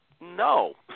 no